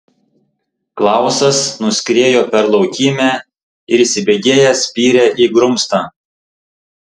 klausas nuskriejo per laukymę ir įsibėgėjęs spyrė į grumstą